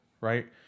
Right